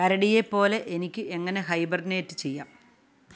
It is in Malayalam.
കരടിയെപ്പോലെ എനിക്ക് എങ്ങനെ ഹൈബർനേറ്റ് ചെയ്യാം